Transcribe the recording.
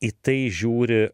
į tai žiūri